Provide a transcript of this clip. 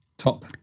Top